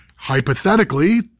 hypothetically